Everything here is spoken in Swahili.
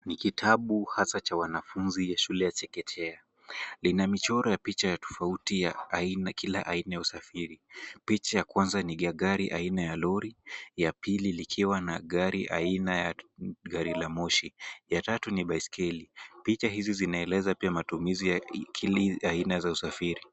Ni kitabu hasa cha wanafunzi ya shule ya chekechea. Lina michoro ya picha ya tofauti ya kila aina ya usafiri. Picha ya kwanza ni ya gari aina ya lori, ya pili likiwa na gari aina ya gari la moshi. Ya tatu ni baiskeli. Picha hizi zinaeleza pia matumizi ya kila aina za usafiri.